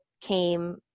came